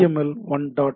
L 1 dot H